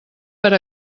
per